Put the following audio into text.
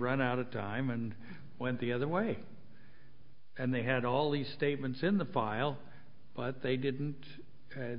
run out of time and went the other way and they had all these statements in the file but they didn't